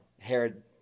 Herod